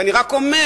ואני רק אומר,